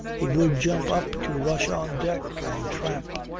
he would jump up to rush on deck and tramp,